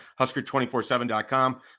husker247.com